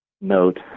note